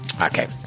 Okay